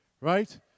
right